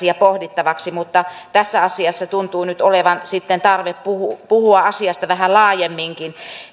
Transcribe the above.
ja pohdittavaksi mutta tässä asiassa tuntuu nyt olevan sitten tarve puhua asiasta vähän laajemminkin